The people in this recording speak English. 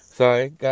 Sorry